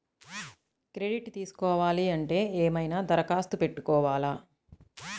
Credit తీసుకోవాలి అంటే ఏమైనా దరఖాస్తు పెట్టుకోవాలా?